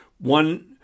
one